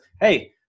hey